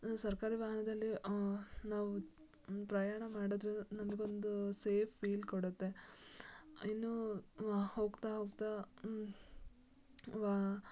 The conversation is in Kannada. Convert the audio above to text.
ಸರ್ಕಾರಿ ವಾಹನದಲ್ಲಿ ನಾವು ಪ್ರಯಾಣ ಮಾಡಿದರೆ ನಮಗೊಂದು ಸೇಫ್ ಫೀಲ್ ಕೊಡುತ್ತೆ ಇನ್ನೂ ಹೋಗ್ತಾ ಹೋಗ್ತಾ ವಾ